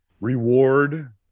reward